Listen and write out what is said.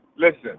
Listen